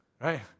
right